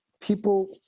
people